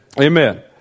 Amen